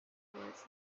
words